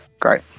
Great